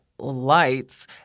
lights